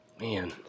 man